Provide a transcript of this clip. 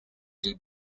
they